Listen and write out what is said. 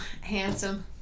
handsome